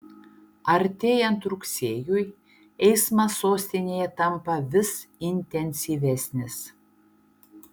artėjant rugsėjui eismas sostinėje tampa vis intensyvesnis